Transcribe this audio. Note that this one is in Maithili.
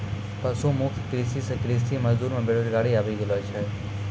पशु मुक्त कृषि से कृषि मजदूर मे बेरोजगारी आबि गेलो छै